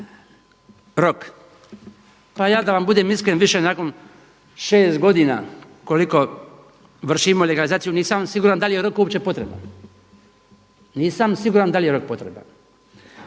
Rok. Pa ja da vam budem iskren više nakon 6 godina koliko vršimo legalizaciju, nisam siguran da li je rok uopće potreban. Nisam siguran da li je rok potreban.